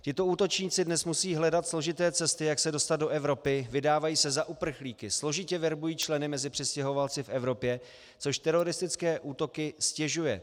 Tito útočníci dnes musí hledat složité cesty, jak se dostat do Evropy, vydávají se za uprchlíky, složitě verbují členy mezi přistěhovalci v Evropě, což teroristické útoky ztěžuje.